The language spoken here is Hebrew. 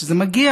כשזה מגיע